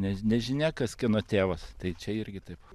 ne nežinia kas kieno tėvas tai čia irgi taip